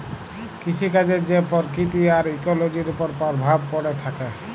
কিসিকাজের যে পরকিতি আর ইকোলোজির উপর পরভাব প্যড়ে থ্যাকে